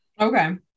Okay